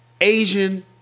Asian